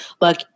look